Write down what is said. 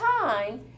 time